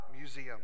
museum